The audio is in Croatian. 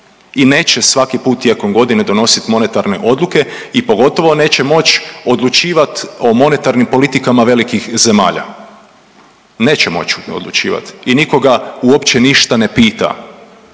i neće svaki put tijekom godine donositi monetarne odluke i pogotovo neće moći odlučivati o monetarnim politikama velikih zemalja. Neće moći o njoj odlučivati i nikoga uopće ništa ne pita,